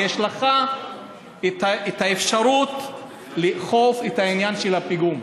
כי יש לך את האפשרות לאכוף את העניין של הפיגום.